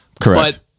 correct